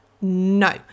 No